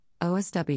OSW